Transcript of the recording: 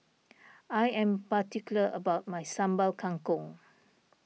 I am particular about my Sambal Kangkong